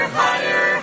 higher